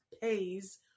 pays